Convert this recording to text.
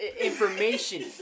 information